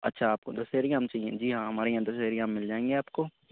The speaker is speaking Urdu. اچھا آپ کو دشیری آم چاہئیں جی ہاں ہمارے یہاں دشیری آم مل جائیں گے آپ کو